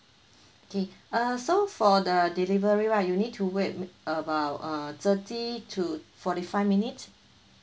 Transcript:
okay uh so for the delivery right you need to wait about uh thirty to forty five minute